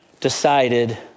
decided